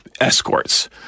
escorts